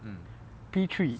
P three